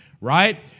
right